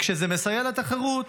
וכשזה מסייע לתחרות